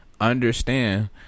Understand